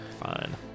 Fine